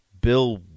Bill